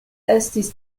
estis